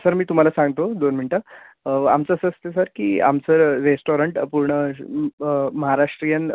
sir मी तुम्हाला सांगतो दोन मिनटं आमचं असं असतं सर की आमचं रेस्टॉरंट पूर्ण म महाराष्ट्रीयन